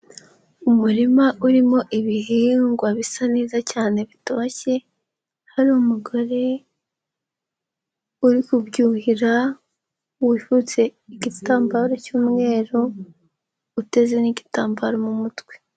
Umurima urimo ibihingwa, bisa neza cyane bitoshye, hari umugore uri kubyuhira, wipfutse igitambaro cy'umweru, uteze n'igitambaro mu mutwe.